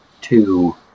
Two